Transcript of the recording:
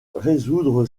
résoudre